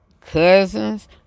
cousins